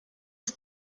ist